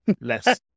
Less